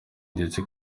ndetse